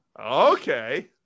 Okay